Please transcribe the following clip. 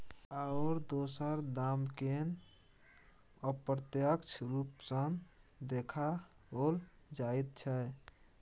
आओर दोसर दामकेँ अप्रत्यक्ष रूप सँ देखाओल जाइत छै